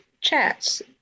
chats